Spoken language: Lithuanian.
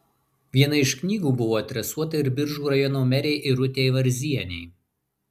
viena iš knygų buvo adresuota ir biržų rajono merei irutei varzienei